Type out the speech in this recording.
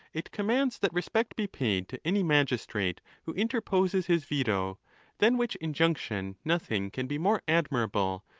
it commands that respect be paid to any magistrate who interposes his veto than which injunction nothing can be more admirable,